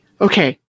okay